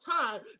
time